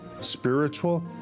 spiritual